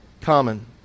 Common